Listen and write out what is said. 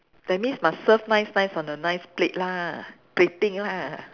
that means must serve nice nice on the nice plate lah plating lah